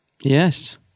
Yes